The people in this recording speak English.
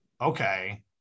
okay